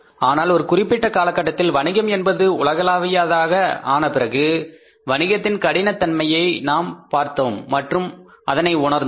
ஆனால் ஒரு குறிப்பிட்ட காலகட்டத்தில் வணிகம் என்பது உலகளாவியதாக ஆனபிறகு வணிகத்தின் கடினத் தன்மையை நாம் பார்த்தோம் மற்றும் அதனை உணர்ந்தோம்